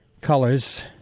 colors